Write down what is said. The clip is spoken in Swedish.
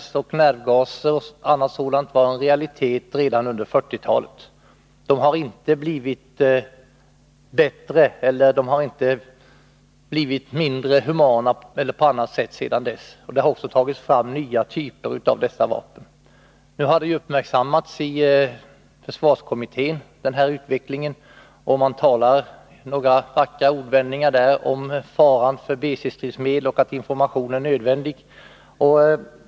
Det fanns nervgaser redan under 1940-talet, och medlen har inte blivit mera humana sedan dess. Det har också tagits fram nya typer av dessa vapen. Denna utveckling har uppmärksammats av försvarskommittén, som säger några ord om faran för BC-stridsmedel och menar att information är nödvändig.